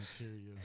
material